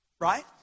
right